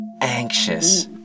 anxious